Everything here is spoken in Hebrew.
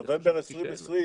כן, אבל בנובמבר 2020,